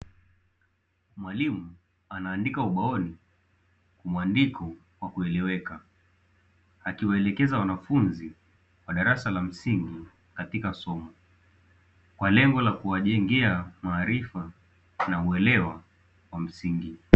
Mwalimu anaandika ubaoni kwa muandiko wa kueleweka, akiwaelekeza wanafunzi wa darasa la msingi katika somo kwa lengo la kuwajengea maarifa na uelewa wa msingi.